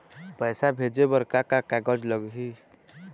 पैसा भेजे बर का का कागज लगही?